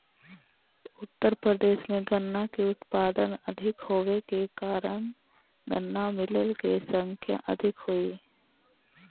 उत्तर प्रदेश में गन्ना के उत्पादन अधिक होवे के कारण गन्ना मिलऽ के संख्या अधिक हई